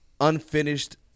unfinished